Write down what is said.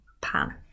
Pan